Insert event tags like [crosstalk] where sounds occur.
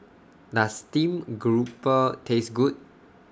Does Steamed Grouper [noise] Taste Good